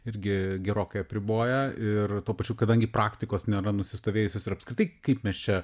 irgi gerokai apriboja ir tuo pačiu kadangi praktikos nėra nusistovėjusios ir apskritai kaip mes čia